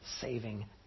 saving